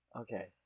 Okay